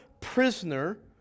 prisoner